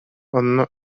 онон